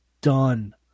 done